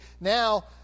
now